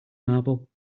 marble